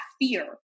fear